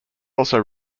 also